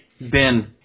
Ben